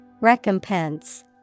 Recompense